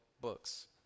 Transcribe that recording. Books